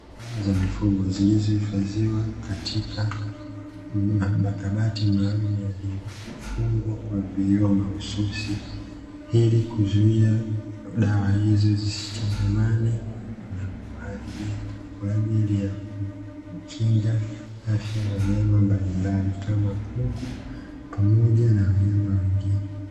Dawa za mifugo zilizohifadhiwa katika makabati maalumu yaliyofungwa kwa vioo mahususi, ilikuzuia dawa hizo zisichangamane na kuharibika kwa ajili ya kukinga afya ya wanyama mbalimbali kama kuku pamoja na wanyama wengine.